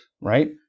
Right